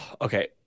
Okay